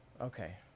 Okay